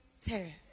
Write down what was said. test